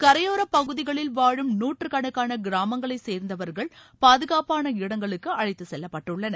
கரையோரப் பகுதிகளில் வாழும் நூற்றுக்கணக்கான கிராமங்களைச் சேர்ந்தவர்கள் பாதுகாப்பான இடங்களுக்கு அழைத்துச் செல்லப்பட்டுள்ளனர்